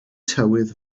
tywydd